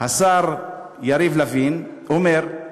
השר יריב לוין, אומר: